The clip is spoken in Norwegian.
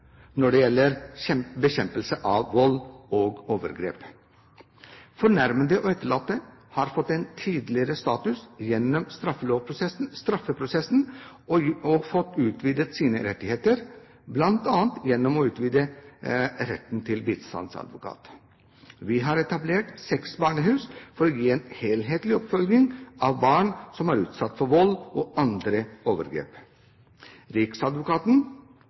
når det gjelder bekjempelse av vold og overgrep. Fornærmede og etterlatte har fått en tydeligere status gjennom straffeprosessen og fått utvidet sine rettigheter, bl.a. gjennom å utvide retten til bistandsadvokat. Vi har etablert seks barnehus for å gi en helhetlig oppfølging av barn som er utsatt for vold og andre overgrep. Riksadvokaten